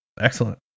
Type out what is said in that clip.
Excellent